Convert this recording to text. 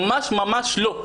ממש ממש לא.